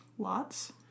Lots